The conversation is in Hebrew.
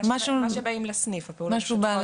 שבאים בשבילו לסניף.